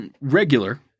regular